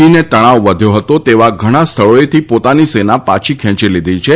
ચીને તણાવ વધ્યો હતો તેવા ઘણાં સ્થળોએથી પોતાની સેના પાછી ખેંચી લીધી છે